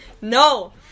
No